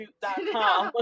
shoot.com